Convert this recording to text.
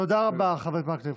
תודה רבה, חבר הכנסת מקלב.